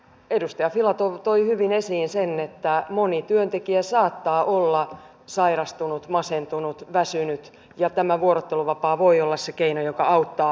edustaja filatov toi hyvin esiin sen että moni työntekijä saattaa olla sairastunut masentunut väsynyt ja tämä vuorotteluvapaa voi olla se keino joka auttaa